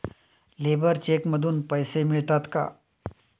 Labour cheque मधून पैसे मिळतात का?